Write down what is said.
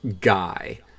guy